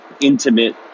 intimate